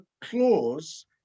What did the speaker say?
clause